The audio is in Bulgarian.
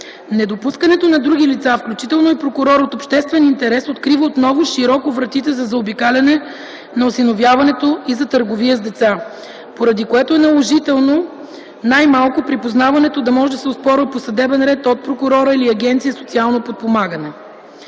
Недопускането на други лица, включително и прокурор от обществен интерес открива отново широко вратите за заобикаляне на осиновяването и за „търговия с деца”, поради което е наложително най-малко припознаването да може да се оспорва по съдебен ред от прокурора или Агенция „Социално подпомагане”.